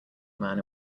man